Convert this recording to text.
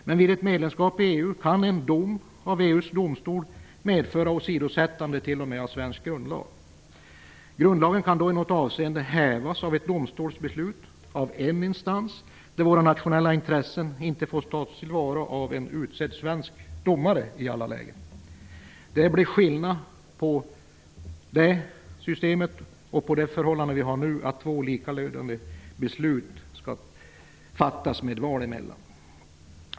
Men vid ett medlemskap i EU kan en dom av EU:s domstol medföra åsidosättande t.o.m. av svensk grundlag. Grundlagen kan då i något avseende hävas av ett domstolsbeslut, av en instans, där våra nationella intressen inte ens får tas tillvara av en av Sverige utsedd domare. Det blir skillnaden i det systemet jämfört med det vi har nu, som innebär att två likalydande beslut skall fattas med val emellan.